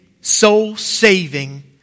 soul-saving